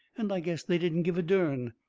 and i guess they didn't give a dern.